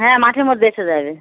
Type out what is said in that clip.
হ্যাঁ মাঠের মধ্যে এসে যাবে